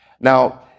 Now